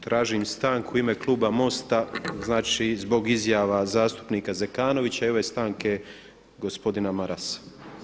Tražim stanku u ime kluba MOST-a, znači zbog izjava zastupnika Zekanovića i ove stanke gospodina Marasa.